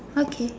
okay